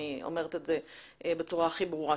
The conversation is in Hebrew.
אני אומרת את זה בצורה הכי ברורה.